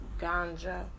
ganja